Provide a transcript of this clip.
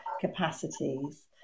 capacities